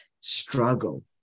struggle